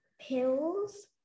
Pills